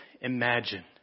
imagine